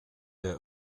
der